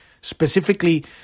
Specifically